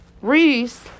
Reese